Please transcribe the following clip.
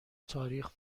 تاریخ